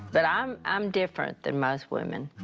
but i'm um different than most women.